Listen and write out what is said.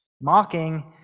Mocking